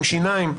עם שיניים,